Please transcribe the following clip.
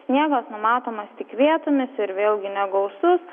sniegas numatomas tik vietomis ir vėlgi negausus